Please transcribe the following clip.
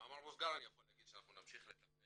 במאמר מוסגר אני יכול להגיד שאנחנו נמשיך לטפל